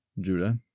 Judah